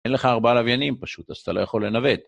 אין לך ארבעה לוויינים פשוט, אז אתה לא יכול לנווט.